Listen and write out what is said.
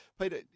Peter